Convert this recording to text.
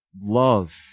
love